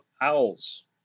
Owls